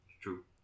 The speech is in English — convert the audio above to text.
True